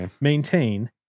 maintain